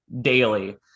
daily